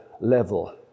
level